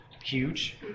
huge